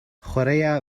chwaraea